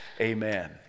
amen